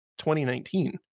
2019